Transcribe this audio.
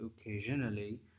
occasionally